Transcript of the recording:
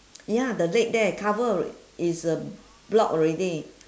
ya the leg there cover is uh block already